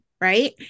right